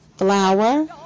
flour